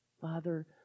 Father